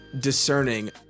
discerning